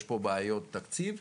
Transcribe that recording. יש פה בעיות תקציב,